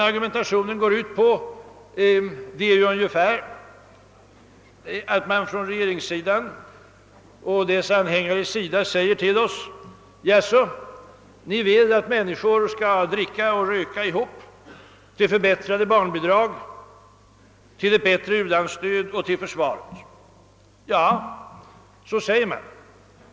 Argumentationen går ut på att regeringen och dess anhängare säger till oss: Jaså, ni vill att människor skall dricka och röka ihop till förbättrade barnbidrag, till bättre u-landsstöd och till försvarskostnaderna. Ja, så säger man!